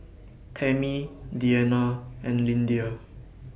Tammi Deanna and Lyndia